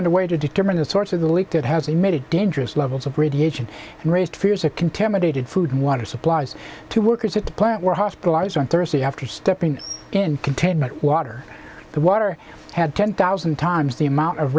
underway to determine the source of the leak that has emitted dangerous levels of radiation and raised fears of contaminated food water supplies to workers at the plant were hospitalized on thursday after stepping in containment water the water had ten thousand times the amount of